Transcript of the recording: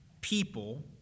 people